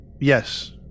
yes